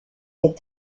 est